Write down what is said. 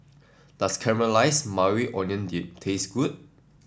does Caramelize Maui Onion Dip taste good